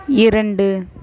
இரண்டு